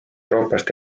euroopast